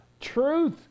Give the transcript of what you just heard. truth